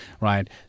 Right